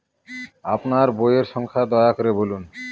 আপনার বইয়ের সংখ্যা দয়া করে বলুন?